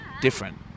different